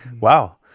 Wow